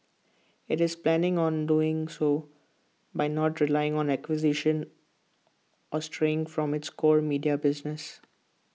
IT is planning on doing so by not relying on acquisitions or straying from its core media business